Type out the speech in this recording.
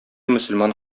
мөселман